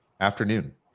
afternoon